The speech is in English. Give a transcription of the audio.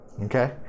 okay